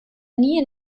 nie